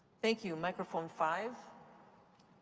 thank you. microphone five.